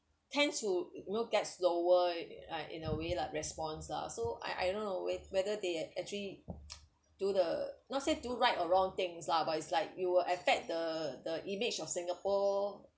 tents to you know get slower like in a way like response lah so I I don't know whether they are actually do the not say do right or wrong things lah but it's like you will affect the the image of singapore